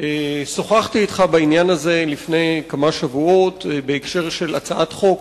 שוחחתי אתך בעניין הזה לפני כמה שבועות בהקשר של הצעת חוק